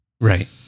Right